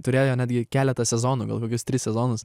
turėjo netgi keletą sezonų gal kokius tris sezonus